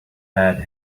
had